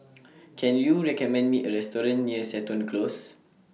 Can YOU recommend Me A Restaurant near Seton Close